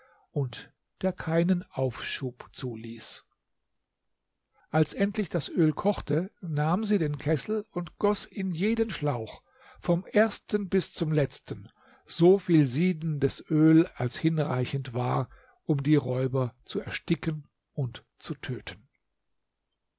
und der keinen aufschub zuließ als endlich das öl kochte nahm sie den kessel und goß in jeden schlauch vom ersten bis zum letzten so viel siedendes öl als hinreichend war um die räuber zu ersticken und zu töten